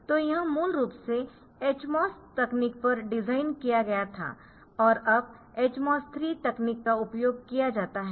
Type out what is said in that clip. तो यह मूल रूप से HMOS तकनीक पर डिज़ाइन किया गया था और अब HMOS III तकनीक का उपयोग किया जाता है